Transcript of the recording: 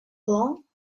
along